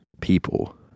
people